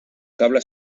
cable